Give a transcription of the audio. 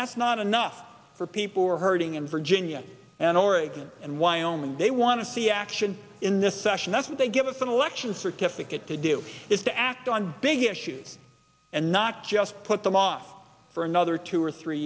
that's not enough for people who are hurting in virginia and oregon and wyoming and they want to see action in the session that's what they give us an election certificate to do is to act on big issues and not just put them off for another two or three